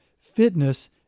fitness